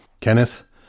Kenneth